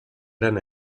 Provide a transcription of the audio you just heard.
gran